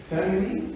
family